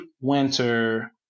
winter